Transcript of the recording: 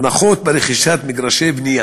הנחות ברכישת מגרשי בנייה,